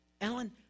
Ellen